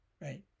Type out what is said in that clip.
right